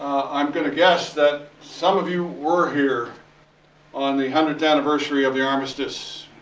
i'm going to guess that some of you were here on the hundredth anniversary of the armistice,